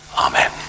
Amen